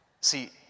See